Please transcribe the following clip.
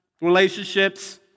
relationships